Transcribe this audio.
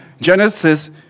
Genesis